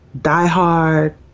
die-hard